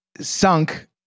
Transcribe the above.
sunk